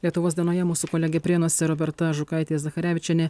lietuvos dienoje mūsų kolegė prienuose roberta žukaitė zacharevičienė